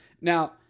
Now